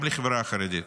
גם לחברה החרדית.